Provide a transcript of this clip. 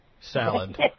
salad